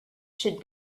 should